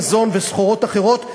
מזון וסחורות אחרות,